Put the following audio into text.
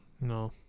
No